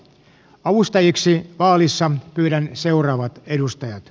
avustajiksi vaalissa pyydän seuraavat edustajat